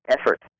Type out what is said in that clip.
effort